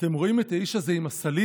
'אתם רואים / את האיש הזה עם הסלים?